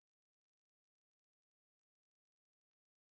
for that help you know we need hands